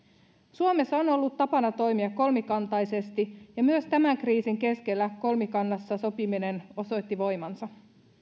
suomessa on ollut tapana toimia kolmikantaisesti ja myös tämän kriisin keskellä kolmikannassa sopiminen osoitti voimansa